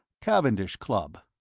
cavendish club,